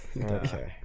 Okay